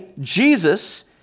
Jesus